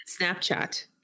snapchat